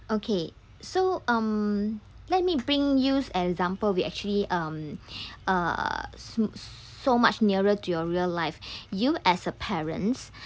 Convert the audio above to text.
okay so um let me bring use an example we actually um uh so much nearer to your real life you as a parents